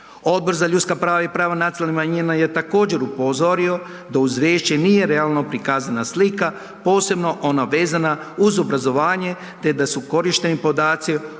Odbor za ljudska prava i prava nacionalnih manjina je također upozorio da uz riječi nije realno prikazana slika, posebno ona vezana uz obrazovanje, te da su korišteni podaci